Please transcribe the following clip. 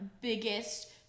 biggest